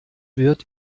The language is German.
wird